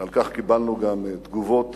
ועל כך קיבלנו גם תגובות